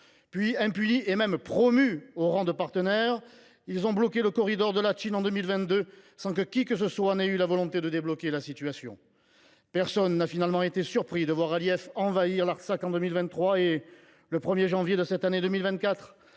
2022, impuni et même promu au rang de partenaire, celui ci a bloqué le corridor de Latchine, sans que qui que ce soit ait eu la volonté de débloquer la situation. Personne n’a finalement été surpris de voir Aliev envahir l’Artsakh en 2023. Le 1 janvier de cette année 2024,